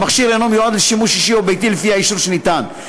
והמכשיר אינו מיועד לשימוש אישי או ביתי לפי האישור שניתן.